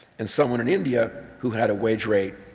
and someone in india who had a wage rate,